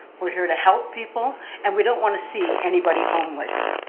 we're here to help people and we don't want to see anybody homeless.